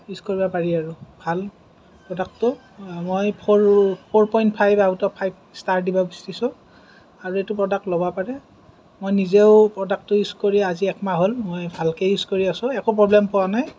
use কৰিব পাৰি আৰু ভাল প্ৰডাক্টটো মই four four point five out of five star দিব বিচাৰিছোঁ আৰু এইটো প্ৰডাক্ট ল'ব পাৰে মই নিজেও প্ৰডাক্টটো ইউজ কৰি আজি একমাহ হ'ল মই ভালকেই ইউজ কৰি আছোঁ একো প্ৰবলেম পোৱা নাই